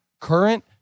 current